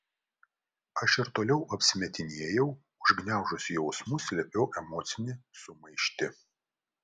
aš ir toliau apsimetinėjau užgniaužusi jausmus slėpiau emocijų sumaištį